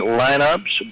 lineups